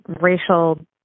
racial